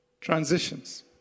transitions